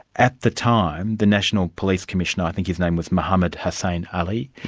at the time, the national police commissioner, i think his name was mohamed hassein ali,